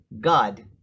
God